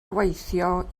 gweithio